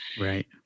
Right